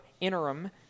interim